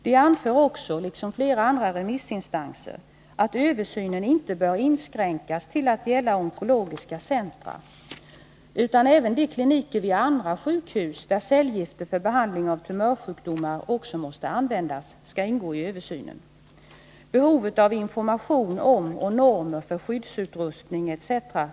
De anför också, liksom flera andra remissinstanser, att översynen inte bör inskränkas till att gälla enbart onkologiska centra, utan att även de kliniker vid andra sjukhus, där cellgifter för behandling av tumörsjukdomar också måste användas, bör ingå i översynen. Behovet av information om och normer för skyddsutrustning etc.